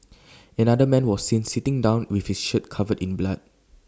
another man was seen sitting down with his shirt covered in blood